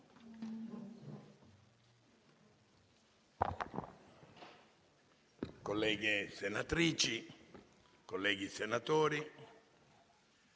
Colleghe senatrici, colleghi senatori,